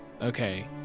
Okay